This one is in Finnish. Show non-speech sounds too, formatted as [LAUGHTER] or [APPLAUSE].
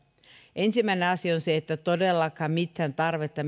ensimmäinen asia on se että todellakaan mitään tarvetta [UNINTELLIGIBLE]